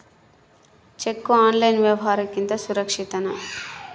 Cheque online ವ್ಯವಹಾರುಕ್ಕಿಂತ ಸುರಕ್ಷಿತನಾ?